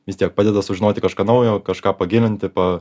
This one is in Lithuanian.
vis tiek padeda sužinoti kažką naujo kažką pagilinti pa